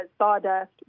sawdust